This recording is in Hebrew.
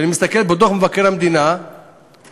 כשאני מסתכל בדוח מבקר המדינה שמציין,